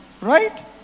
Right